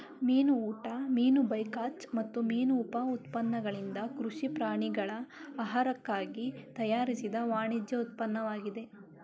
ಮೀನು ಊಟ ಮೀನು ಬೈಕಾಚ್ ಮತ್ತು ಮೀನು ಉಪ ಉತ್ಪನ್ನಗಳಿಂದ ಕೃಷಿ ಪ್ರಾಣಿಗಳ ಆಹಾರಕ್ಕಾಗಿ ತಯಾರಿಸಿದ ವಾಣಿಜ್ಯ ಉತ್ಪನ್ನವಾಗಿದೆ